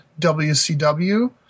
WCW